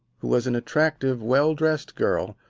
who was an attractive, well-dressed girl,